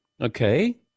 Okay